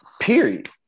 period